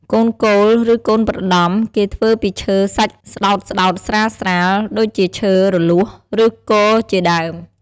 កូនគោល ឬកូនប្រដំ គេធ្វើពីរឈឺសាច់ស្តោតៗស្រាសៗ ដូចជាឈើរលួស ឬគរជាដើម។